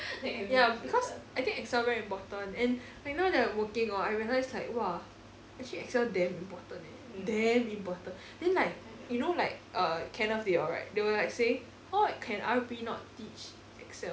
ya because I think excel very important and right now that I'm working hor I realise like !wah! actually excel damn important leh damn important then like you know like err kenneth they all right they were like saying how can R_P not teach excel